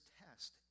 test